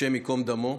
השם ייקום דמו.